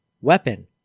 weapon